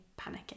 panicking